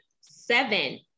Seven